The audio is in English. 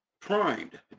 primed